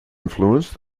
influenced